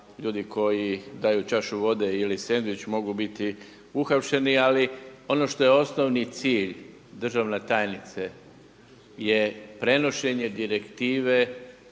ljudi koji daju čašu vodu ili sendvič mogu biti uhapšeni ali ono što je osnovni cilj državna tajnice je prenošenje direktive